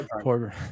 Poor